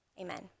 Amen